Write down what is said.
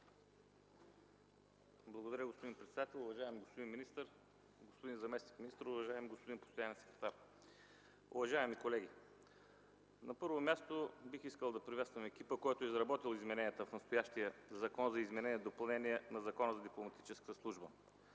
Благодаря, господин председател. Уважаеми господин министър, господин заместник-министър, уважаеми господин постоянен секретар, уважаеми колеги! На първо място, бих искал да приветствам екипа, който е изработил измененията в настоящия Закон за изменение и допълнение на Закона за дипломатическата служба.